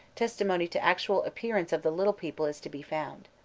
testimony to actual appearances of the little people is to be found.